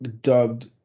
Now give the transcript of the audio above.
dubbed